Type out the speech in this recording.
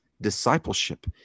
discipleship